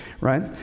right